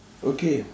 okay